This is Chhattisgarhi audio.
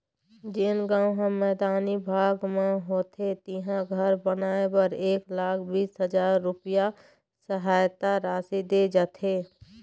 जेन गाँव ह मैदानी भाग म होथे तिहां घर बनाए बर एक लाख बीस हजार रूपिया सहायता राशि दे जाथे